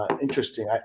interesting